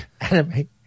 anime